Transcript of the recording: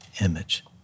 image